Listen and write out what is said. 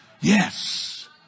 Yes